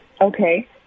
Okay